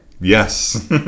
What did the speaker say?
Yes